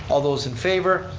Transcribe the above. all those in favor.